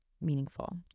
meaningful